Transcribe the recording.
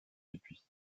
dupuis